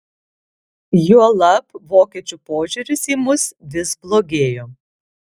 juolab vokiečių požiūris į mus vis blogėjo